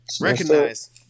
Recognize